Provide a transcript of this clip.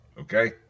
okay